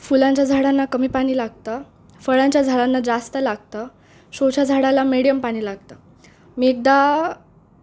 फुलांच्या झाडांना कमी पाणी लागतं फळांच्या झाडांना जास्त लागतं शोच्या झाडाला मिडियम पाणी लागतं मी एकदा